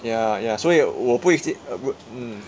ya ya 所以我不会见 mm